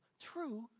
True